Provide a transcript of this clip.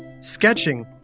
sketching